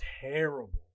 terrible